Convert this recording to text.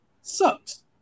sucks